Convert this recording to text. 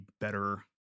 better